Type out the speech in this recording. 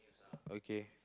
okay